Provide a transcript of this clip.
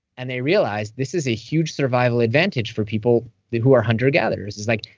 and they realized this is a huge survival advantage for people who are hunter-gatherers it's like,